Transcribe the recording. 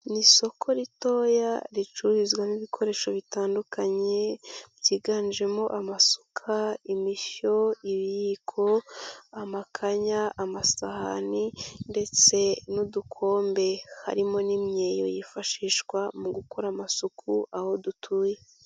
Ni isoko ritoya ricururizwamo ibikoresho bitandukanye byiganjemo amasuka, imishyo, ibiyiko, amakanya, amasahani ndetse n'udukombe. Harimo n'imyeyo yifashishwa mu gukora amasuku aho dutuye.